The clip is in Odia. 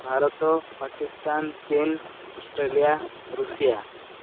ଭାରତ ପାକିସ୍ତାନ ଚୀନ ଅଷ୍ଟ୍ରେଲିଆ ରୁଷିଆ